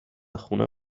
خونه